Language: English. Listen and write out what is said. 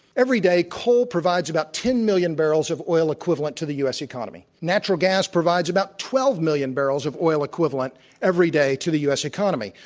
every day coal provides about ten million barrels of oil equivalent to the u. s. economy. natural gas provides about twelve million barrels of oil equivalent every day to the u. s. economy.